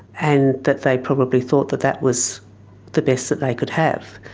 and that they probably thought that that was the best that they could have,